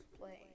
playing